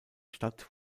stadt